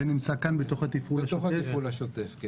זה נמצא בתפעול השוטף.